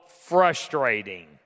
frustrating